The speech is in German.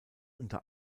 unter